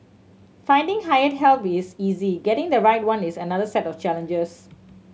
finding hired help is easy getting the right one is another set of challenges